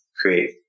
create